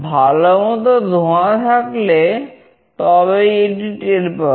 ভালোমতো ধোঁয়া থাকলে তবেই এটি টের পাবে